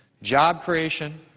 job creation,